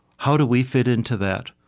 how do we fit into that?